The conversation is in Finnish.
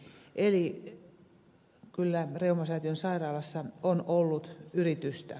eli kyllä reumasäätiön sairaalassa on ollut yritystä